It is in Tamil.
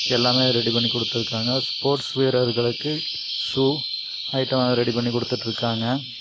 எல்லாமே ரெடி பண்ணிக் கொடுத்துருக்காங்க ஸ்போர்ட்ஸ் வீரர்களுக்கு ஷூ ஐட்டம் ரெடி பண்ணிக் கொடுத்துட்டு இருக்காங்க